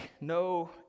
no